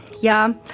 ja